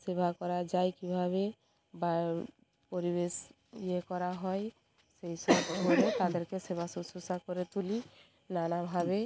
সেবা করা যায় কীভাবে বা পরিবেশ ইয়ে করা হয় সেই সব হয়ে তাদেরকে সেবা শুশ্রূষা করে তুলি নানাভাবে